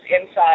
inside